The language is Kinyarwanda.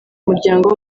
umuryango